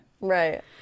right